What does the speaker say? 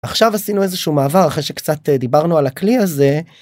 עכשיו עשינו איזה שהוא מעבר אחרי שקצת דיברנו על הכלי הזה.